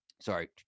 sorry